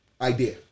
idea